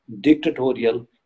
dictatorial